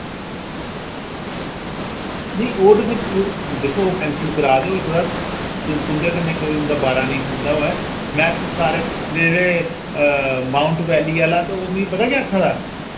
निं ओह् ते फिर दिक्खो ओह् कैंसल करा दे होई सकदा तुंदे कन्नै कोई उंदा बारा नेईं खंदा होवै में ते सारे मेरे माउंट वैली आह्ला ते ओह् मि पता केह् आखा दा